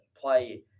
play